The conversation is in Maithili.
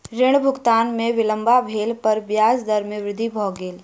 ऋण भुगतान में विलम्ब भेला पर ब्याज दर में वृद्धि भ गेल